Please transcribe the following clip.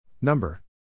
Number